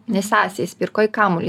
ne sesei spirk o į kamuolį